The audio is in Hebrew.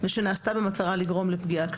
"ונעשתה במטרה לגרום לפגיעה,